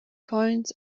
coins